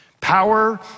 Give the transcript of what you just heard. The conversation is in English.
Power